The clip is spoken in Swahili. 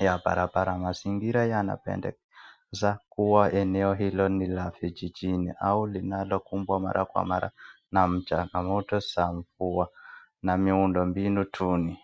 ya barabara. Mazingira yanapendeza kuwa eneo hilo ni la vijijini ama linalo kumbwa mara kwa mara na changamoto za mvua na miundombinu duni.